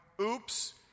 Oops